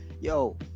yo